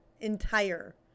entire